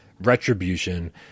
Retribution